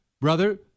brother